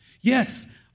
yes